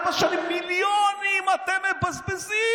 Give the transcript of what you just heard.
ארבע שנים: מיליונים אתם מבזבזים,